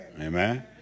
Amen